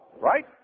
right